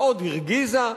מאוד הרגיזה,